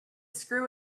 screw